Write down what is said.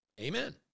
amen